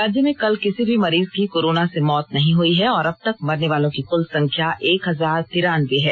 राज्य में कल किसी भी मरीज की कोरोना से मौत नहीं हुई है और अबतक मरने वालों की कुल संख्या एक हजार तिरानबे है